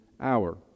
hour